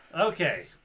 Okay